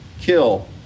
kill